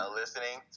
listening